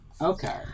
Okay